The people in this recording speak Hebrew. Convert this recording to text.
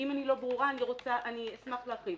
אם אני לא ברורה אשמח להרחיב.